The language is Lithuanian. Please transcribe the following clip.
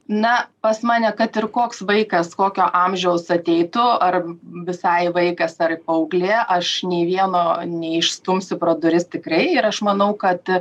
na pas mane kad ir koks vaikas kokio amžiaus ateitų ar visai vaikas ar paauglė aš nei vieno neišstumsiu pro duris tikrai ir aš manau kad